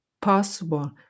possible